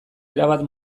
erabat